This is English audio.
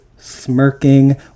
smirking